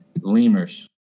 lemurs